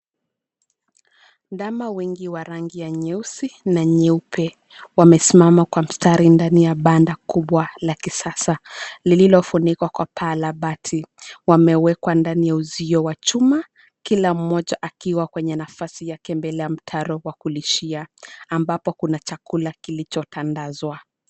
Ndama wengi wenye rangi ya nyeusi na nyeupe wamesimama kwa mstari ndani ya banda kubwa la kisasa lilifunikwa kwa paa la bati. Wamewekwa ndani ya uzio wa chuma kila mmoja akiwa kwenye nafasi yake mbele ya mtaro wa kulishia ambapo kuna chakula kilichotandazwa.